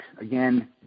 again